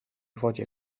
wodzie